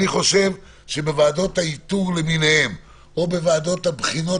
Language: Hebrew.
אני חושב שבוועדות האיתור או בוועדות הבחינות